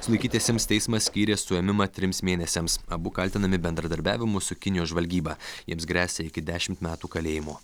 sulaikytiesiems teismas skyrė suėmimą trims mėnesiams abu kaltinami bendradarbiavimu su kinijos žvalgyba jiems gresia iki dešimt metų kalėjimo